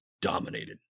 dominated